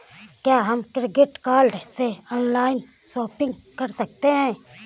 क्या हम credit card से ऑनलाइन शॉपिंग कर सकते हैं?